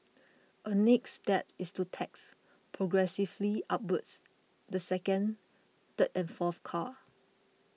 a next step is to tax progressively upwards the second third and fourth car